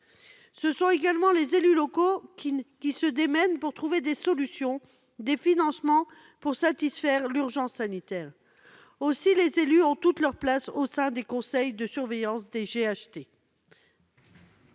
Ce sont également les élus locaux qui se démènent pour trouver des solutions et des financements afin de répondre à l'urgence sanitaire. Aussi les élus ont-ils toute leur place au sein des conseils de surveillance des GHT.